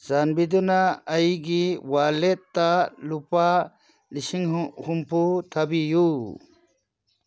ꯆꯥꯟꯕꯤꯗꯨꯅ ꯑꯩꯒꯤ ꯋꯥꯜꯂꯦꯠꯇ ꯂꯨꯄꯥ ꯂꯤꯁꯤꯡ ꯍꯨꯝꯐꯨ ꯊꯥꯕꯤꯌꯨ